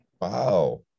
Wow